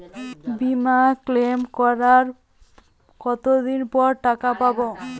বিমা ক্লেম করার কতদিন পর টাকা পাব?